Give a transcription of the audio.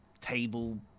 table